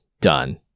Done